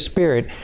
Spirit